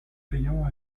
payant